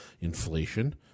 inflation